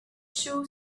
two